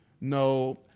no